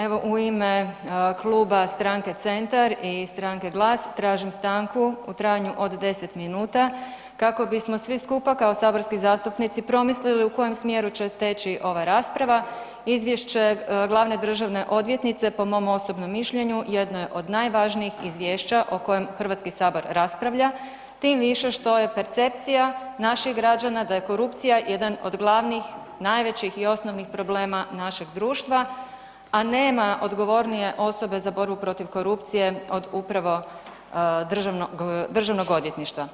Evo u ime kluba stranke Centar i stranke GLAS, tražim stanku u trajanju od 10 minuta kako bismo svi skupa kao saborski zastupnici promislili u kojem smjeru će teći ova rasprava, izvješće glavne državne odvjetnice po mom osobnom mišljenju jedno je od najvažnijih izvješća o kojem Hrvatski sabor raspravlja tim više što je percepcija našim građana da je korupcija jedan od glavnih, najvećih i osnovnih problema našeg društva a nema odgovornije osobe za borbu protiv korupcije od upravo Državnog odvjetništva.